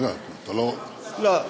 רגע, אתה לא, לא.